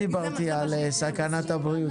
לא דיברתי על סכנת הבריאות,